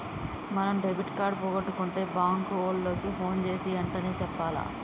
మనం debit card పోగొట్టుకుంటే bank ఓళ్ళకి పోన్ జేసీ ఎంటనే చెప్పాల